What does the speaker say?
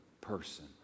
person